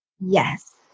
Yes